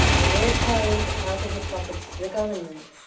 on their paying a part of the profits to the government.